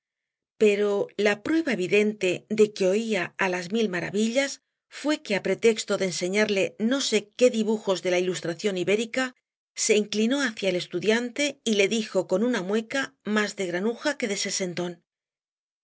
pero la prueba evidente de que oía á las mil maravillas fué que á pretexto de enseñarle no sé qué dibujos de la ilustración ibérica se inclinó hacia el estudiante y le dijo con una mueca más de granuja que de